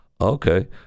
okay